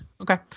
Okay